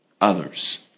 others